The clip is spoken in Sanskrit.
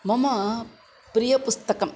मम प्रियं पुस्तकम्